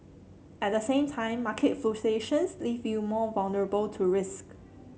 at the same time market leave you more vulnerable to risk